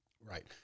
right